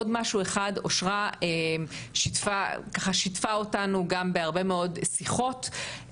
אושרה ככה שיתפה אותנו גם בהרבה מאוד שיחות,